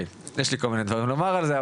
יש לי כל מיני דברים לומר על זה,